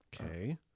Okay